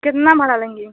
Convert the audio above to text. कितना भाड़ा लेंगी